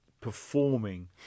performing